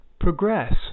progress